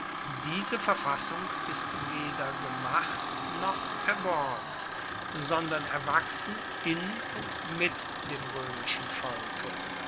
diese verfassung ist weder gemacht noch erborgt sondern erwachsen in und mit dem roemischen volke